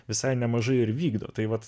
visai nemažai ir vykdo tai vat